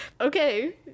Okay